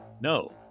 no